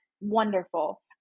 wonderful